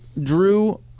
Drew